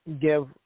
give